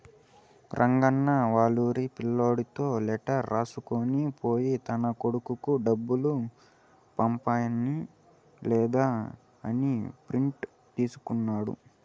రంగన్న వాళ్లూరి పిల్లోనితో లెటర్ రాసుకొని పోయి తన కొడుకు డబ్బులు పన్నాయ లేదా అని ప్రింట్ తీసుకున్నాడు